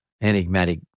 enigmatic